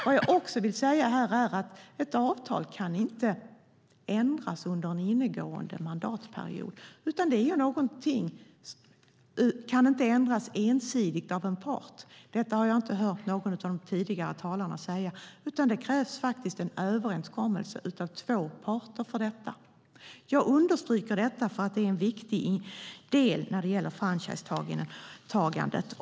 Jag vill också säga att ett avtal inte kan ändras ensidigt av en part under en innevarande mandatperiod - detta har jag inte hört någon av de tidigare talarna säga - utan det krävs en överenskommelse mellan två parter för att göra det. Jag understryker detta därför att det är en viktig del när det gäller franchisetagandet.